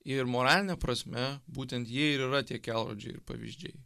ir moraline prasme būtent jie ir yra tie kelrodžiai ir pavyzdžiai